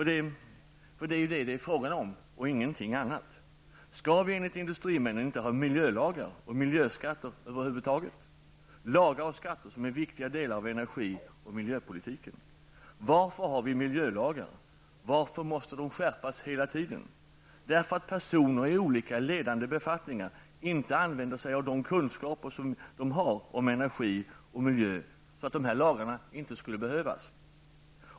Det är nämligen det det är fråga om och ingenting annat. Skall vi enligt industrimännen inte ha miljölagar och miljöskatter över huvud taget -- lagar och skatter som är viktiga delar av energi och miljöpolitiken? Varför har vi miljölagar? Varför måste de skärpas hela tiden? Anledningen är att personer i olika ledande befattningar inte använder sig av de kunskaper de har om energi och miljö. Om de gjorde det skulle dessa lagar inte behövas.